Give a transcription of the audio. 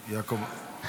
בעד.